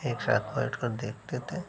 एक साथ बैठकर देखते थे